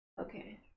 Okay